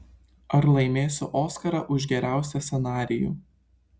ar laimėsiu oskarą už geriausią scenarijų